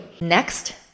Next